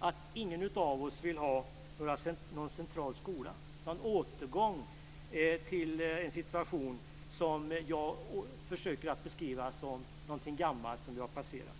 att ingen av oss vill ha någon central skola, en återgång till något som i mitt försök till beskrivning är gammalt och passerat.